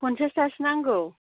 फनसासथासो नांगौ